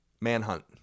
Manhunt